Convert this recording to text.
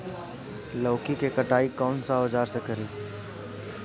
लौकी के कटाई कौन सा औजार से करी?